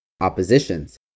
oppositions